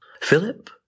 Philip